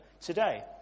today